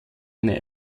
eine